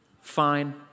fine